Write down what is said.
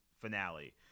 finale